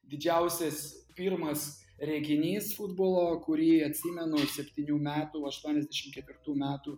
didžiausias pirmas reginys futbolo kurį atsimenu iš septynių metų aštuoniasdešim ketvirtų metų